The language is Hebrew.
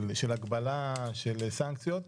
של הגבלה, של סנקציות.